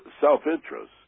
self-interest